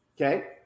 okay